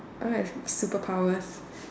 I want like superpowers